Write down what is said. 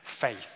faith